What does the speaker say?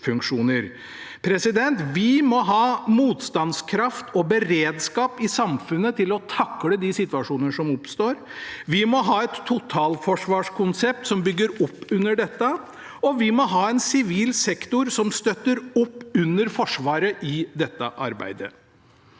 Vi må ha motstandskraft og beredskap i samfunnet til å takle de situasjoner som oppstår, vi må ha et totalforsvarskonsept som bygger opp under dette, og vi må ha en sivil sektor som støtter opp under Forsvaret i dette arbeidet.